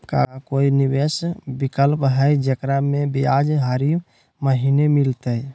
का कोई निवेस विकल्प हई, जेकरा में ब्याज हरी महीने मिलतई?